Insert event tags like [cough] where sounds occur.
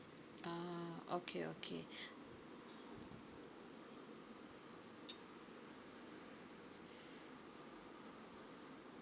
oh okay okay [breath]